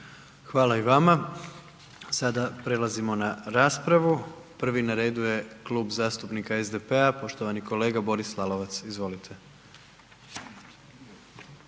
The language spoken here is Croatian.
Hvala i vama. Sada prelazimo na raspravu, prvi na redu je Klub zastupnika SDP-a poštovani kolega Boris Lalovac, izvolite.